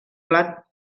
plat